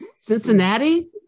cincinnati